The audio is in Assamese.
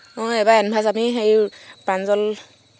অঁ এইবাৰ আমি হেৰি প্ৰাঞ্জল